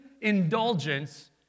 indulgence